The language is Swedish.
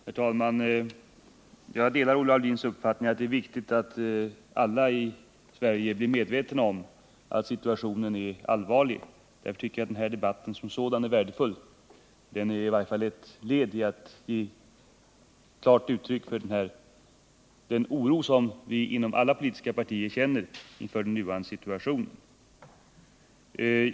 Herr talman! Jag delar Olle Aulins uppfattning att det är viktigt att alla i Sverige blir medvetna om att situationen är allvarlig. Därför tycker jag att den här debatten som sådan är värdefull. Den är i varje fall ett led i strävandena att ge klart uttryck för den oro som vi inom alla politiska partier känner inför den nuvarande situationen.